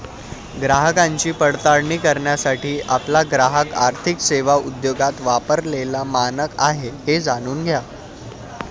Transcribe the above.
ग्राहकांची पडताळणी करण्यासाठी आपला ग्राहक आर्थिक सेवा उद्योगात वापरलेला मानक आहे हे जाणून घ्या